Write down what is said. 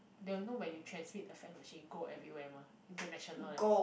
they will know when you transmit the fax machine go everywhere mah international leh